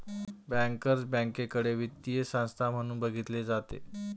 bankers बँकेकडे वित्तीय संस्था म्हणून बघितले जाते